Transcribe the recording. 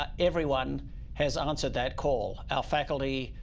ah everyone has answered that call. our faculty,